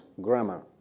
grammar